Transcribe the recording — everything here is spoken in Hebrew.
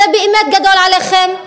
זה באמת גדול עליכם,